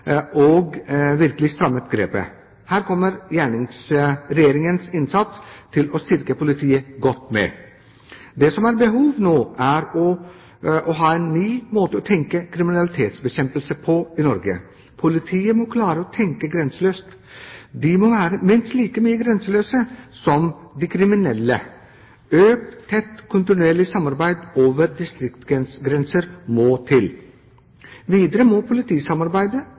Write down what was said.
og virkelig strammet grepet. Her kommer Regjeringens innsats for å styrke politiet godt med. Det som er behovet nå, er å ha en ny måte å tenke kriminalitetsbekjempelse på i Norge. Politiet må klare å tenke grenseløst. De må være minst like mye grenseløse som de kriminelle. Økt, tett, kontinuerlig samarbeid over distriktsgrenser må til. Videre må politisamarbeidet,